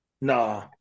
Nah